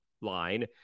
line